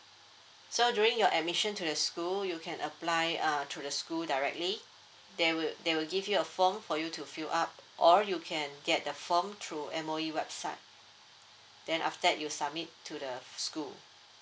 so during your admission to the school you can apply uh through the school directly there will they will give you a form for you to fill up or you can get the form through M_O_E website then after that you submit to the school